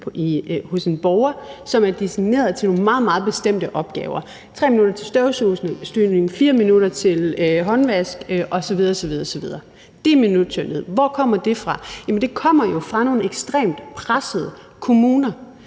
hos en borger, som er designeret til nogle meget, meget bestemte opgaver: 3 minutter til støvsugning, 4 minutter til håndvask osv. osv. Det er minuttyranniet. Hvor kommer det fra? Jamen det kommer jo fra nogle ekstremt pressede kommuner.